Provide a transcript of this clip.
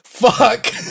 Fuck